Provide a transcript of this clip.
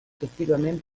successivament